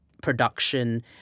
Production